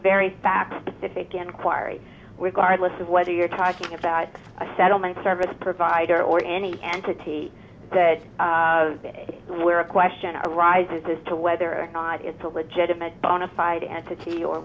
very fact that fake inquiry regard listen whether you're talking about a settlement service provider or any entity that where a question arises as to whether or not it's a legitimate bona fide entity or